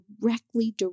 directly